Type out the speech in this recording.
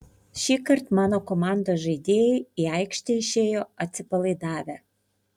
šįkart mano komandos žaidėjai į aikštę išėjo atsipalaidavę